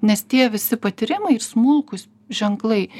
nes tie visi patyrimai ir smulkūs ženklai